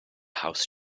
house